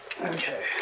Okay